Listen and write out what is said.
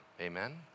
Amen